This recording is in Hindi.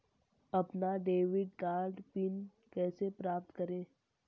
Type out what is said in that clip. अपना डेबिट कार्ड पिन कैसे प्राप्त करें?